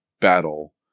battle